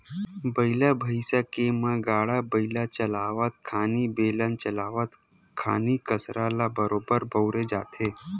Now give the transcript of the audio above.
बइला भइसा के म गाड़ा बइला चलावत खानी, बेलन चलावत खानी कांसरा ल बरोबर बउरे जाथे